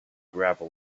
gravel